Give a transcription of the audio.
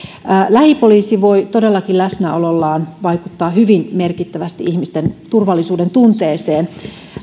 lähipoliisi voi todellakin läsnäolollaan vaikuttaa hyvin merkittävästi ihmisten turvallisuudentunteeseen